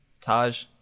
Taj